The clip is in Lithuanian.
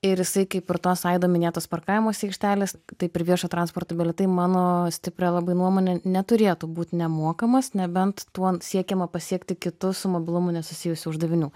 ir jisai kaip ir tos aido minėtos parkavimosi aikštelės taip ir viešojo transporto bilietai mano stipria labai nuomone neturėtų būt nemokamas nebent tuo siekiama pasiekti kitų su mobilumu nesusijusių uždavinių